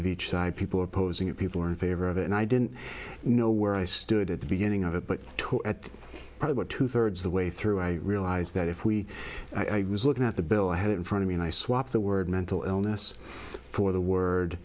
of each side people opposing it people were in favor of it and i didn't know where i stood at the beginning of it but at the part about two thirds the way through i realized that if we i was looking at the bill i had in front of me and i swapped the word mental illness for the word